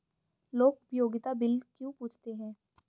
लोग उपयोगिता बिल क्यों पूछते हैं?